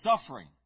suffering